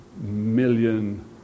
million